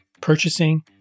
purchasing